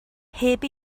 heb